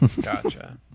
Gotcha